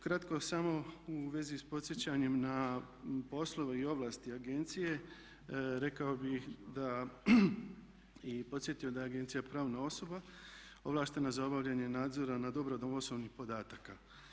Kratko samo u vezi s podsjećanjem na poslove i ovlasti agencije rekao bih i podsjetio da je agencija pravna osoba ovlaštena za obavljanje nadzora nad obradom osobnih podataka.